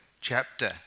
chapter